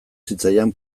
zitzaidan